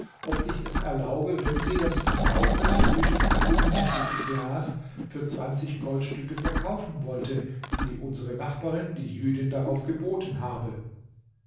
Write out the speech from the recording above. ob ich es erlaube wenn sie das im bauche des fisches gefundene stück glas für zwanzig goldstücke verkaufen wollte die unsere nachbarin die jüdin darauf geboten habe